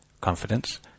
confidence